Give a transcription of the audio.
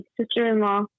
sister-in-law